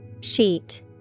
Sheet